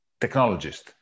technologist